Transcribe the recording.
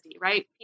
right